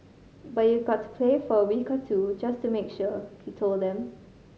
but you've got to play for a week or two just to make sure he told them